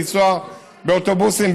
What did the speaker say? ולנסוע באוטובוסים,